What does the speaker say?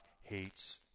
hates